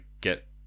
get